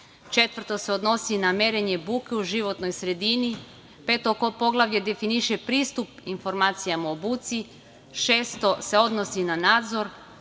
Četvrto se odnosi na merenje buke u životnoj sredini, peto poglavlje definiše pristup informacijama o buci, šesto se odnosi na nadzor,